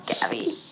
Gabby